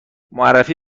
معرفی